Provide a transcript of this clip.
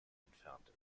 entfernt